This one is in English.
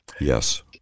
Yes